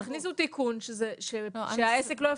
- תכניסו תיקון שהעסק לא יפורסם.